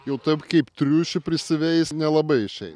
jau taip kaip triušių prisiveist nelabai išei